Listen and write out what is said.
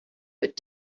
but